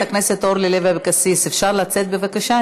חברת הכנסת אורלי לוי אבקסיס, אפשר לצאת, בבקשה?